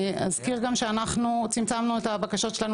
אני אזכיר גם שאנחנו צמצמנו את הבקשות שלנו